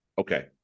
okay